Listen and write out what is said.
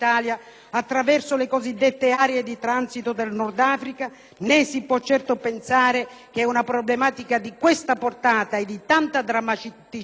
attraverso le cosiddette aree di transito del Nord Africa. Né si può certo pensare che una problematica di questa portata e di tanta drammaticità